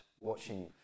watching